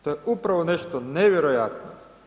To je upravo nešto nevjerojatno.